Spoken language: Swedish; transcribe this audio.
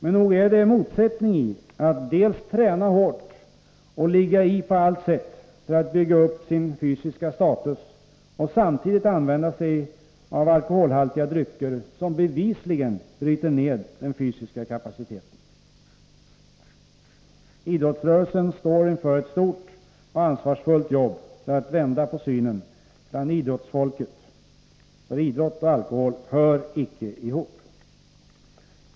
Men nog finns det en motsättning i att dels träna hårt och ligga i på allt sätt för att bygga upp sin fysiska status, dels samtidigt använda alkoholhaltiga drycker, som bevisligen bryter ner den fysiska kapaciteten. Idrottsrörelsen står inför ett stort och ansvarsfullt arbete för att vända på synen bland idrottsfolket, för idrott och alkohol hör icke ihop.